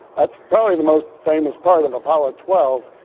that's probably the most famous part of apollo twelve.